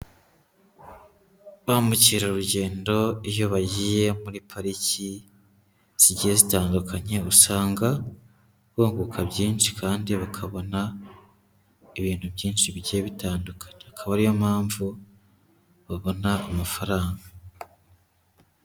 Ba mukerarugendo iyo bagiye muri pariki zigiye zitandukanye, usanga bunguka byinshi kandi bakabona ibintu byinshi bigiye bitandukanye. Akaba ariyo mpamvu babona amafaranga.